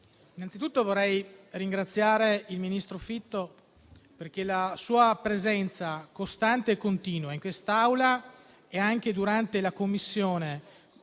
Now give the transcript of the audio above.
innanzitutto ringraziare il ministro Fitto perché la sua presenza costante e continua in quest'Aula e anche durante i lavori